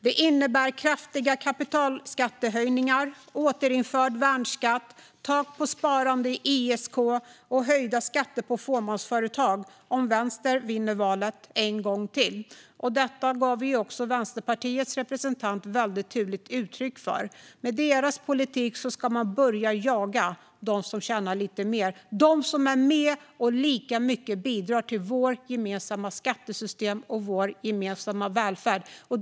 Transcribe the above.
Det innebär kraftiga kapitalskattehöjningar, återinförd värnskatt, tak på sparande i ISK och höjda skatter på fåmansföretag om vänstern vinner valet en gång till. Detta gav också Vänsterpartiets representant väldigt tydligt uttryck för. Med deras politik ska man börja jaga dem som tjänar lite mer - de som är med och lika mycket bidrar till vårt gemensamma skattesystem och vår gemensamma välfärd.